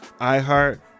iHeart